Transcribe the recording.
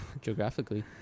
geographically